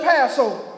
Passover